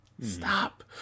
stop